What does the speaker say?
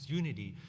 unity